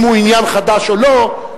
אם הוא עניין חדש או לא,